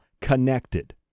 connected